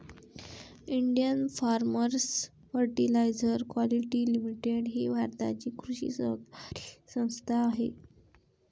Indian farmers fertiliser quality limited ही भारताची कृषी सहकारी संस्था आहे